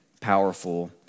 powerful